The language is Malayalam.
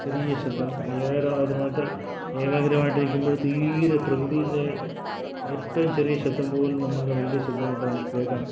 ചെറിയ ശബ്ദം ഏകാഗ്രമായിട്ട് ഏകാഗ്രമായിട്ട് ഇരിക്കുമ്പോഴത്തേക്കും ഈ ഈയൊരു പ്രകൃതിയിലെ ഏറ്റവും ചെറിയ ശബ്ദം പോലും നമ്മളിൽ വലിയ ശബ്ദമായിട്ട് നമുക്ക് കേൾക്കാം